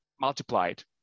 multiplied